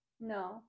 No